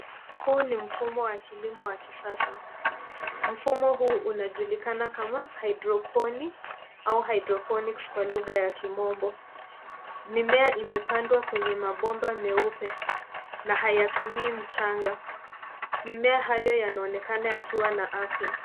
Huu ni mfumo wa kilimo wa kisasa. Mfumo huu unajulikana kama hydroponi au hydroponics kwa lugha ya Kimombo. Mimea imepandwa kwenye mabomba meupe na hayatumii mchanga. Mimea hayo yanaonekana yakiwa na afya.